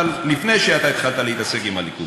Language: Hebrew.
אבל לפני שאתה התחלת להתעסק עם הליכוד.